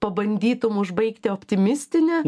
pabandytum užbaigti optimistine